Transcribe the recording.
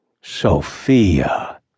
Sophia